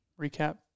Recap